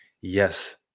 yes